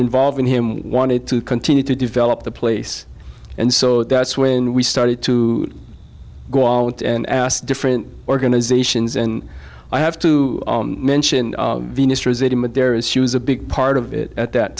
involved in him wanted to continue to develop the place and so that's when we started to go out and asked different organizations and i have to mention there is she was a big part of it at that